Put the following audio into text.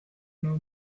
know